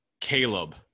Caleb